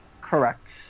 Correct